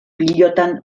pilotan